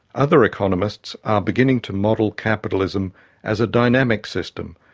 other economists are beginning to model capitalism as a dynamic system,